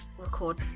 record